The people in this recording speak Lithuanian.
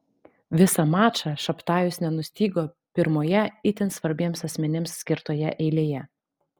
visą mačą šabtajus nenustygo pirmoje itin svarbiems asmenims skirtoje eilėje